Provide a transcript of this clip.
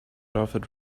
offered